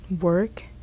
work